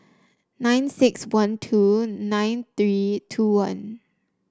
nine six one two nine three two one